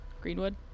Greenwood